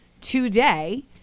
today